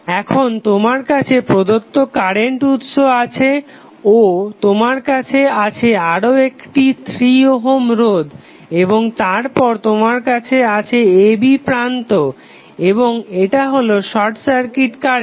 এখন তোমার কাছে প্রদত্ত কারেন্ট উৎস আছে ও তোমার কাছে আছে আরও একটি 3 ওহম রোধ এবং তারপর তোমার আছে a b প্রান্ত এবং এটা হলো শর্ট সার্কিট কারেন্ট